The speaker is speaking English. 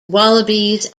wallabies